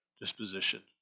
disposition